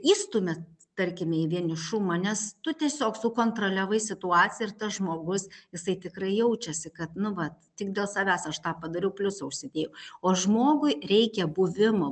įstumia tarkime į vienišumą nes tu tiesiog sukontroliavai situaciją ir tas žmogus jisai tikrai jaučiasi kad nu vat tik dėl savęs aš tą padariau pliusą užsidėjau o žmogui reikia buvimo